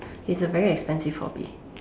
it's a very expensive hobby